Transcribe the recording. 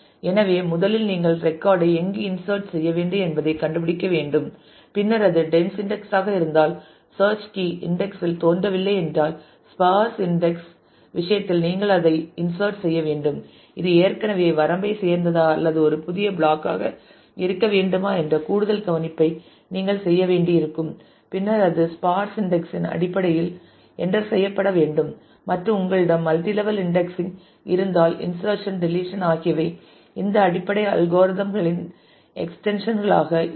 எனவே முதலில் நீங்கள் ரெக்கார்ட் ஐ எங்கு இன்சட் செய்ய வேண்டும் என்பதைக் கண்டுபிடிக்க வேண்டும் பின்னர் அது டென்ஸ் இன்டெக்ஸ் ஆக இருந்தால் சேர்ச் கீ இன்டெக்ஸ் இல் தோன்றவில்லை என்றால் ஸ்பார்ஸ் இன்டெக்ஸ் விஷயத்தில் நீங்கள் அதைச் இன்சட் செய்ய வேண்டும் இது ஏற்கனவே வரம்பைச் சேர்ந்ததா அல்லது ஒரு புதிய பிளாக் ஆக இருக்க வேண்டுமா என்ற கூடுதல் கவனிப்பை நீங்கள் செய்ய வேண்டியிருக்கும் பின்னர் அது ஸ்பார்ஸ் இன்டெக்ஸ் இன் அடிப்படையில் என்டர் செய்யப்பட வேண்டும் மற்றும் உங்களிடம் மல்டி லெவல் இன்டெக்ஸிங் இருந்தால் இன்ஷர்சன் டெலிசன் ஆகியவை இந்த அடிப்படை அல்கோரிதம் களின் எக்ஸ்டென்ஷன் களாக இருக்கும்